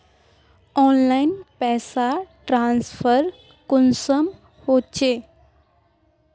Online पैसा transfer कुंसम होचे?